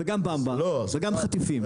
וגם במבה וגם חטיפים.